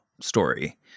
story